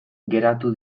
geratu